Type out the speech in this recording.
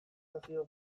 nazio